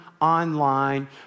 online